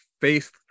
Faith